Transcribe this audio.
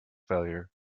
failure